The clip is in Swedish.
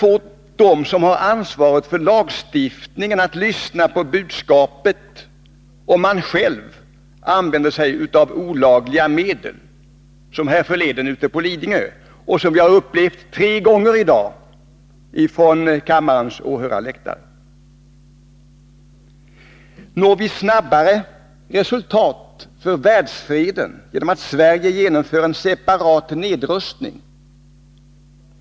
få dem som har ansvaret för lagstiftningen att lyssna på budskapet, om man själv använder sig av olagliga medel, som man gjorde härförleden ute på Lidingö och som vi i dag tre gånger har upplevt att man gjort från kammarens åhörarläktare? Når vi snabbare resultat för världsfreden genom att Sverige genomför en separat nedrustning?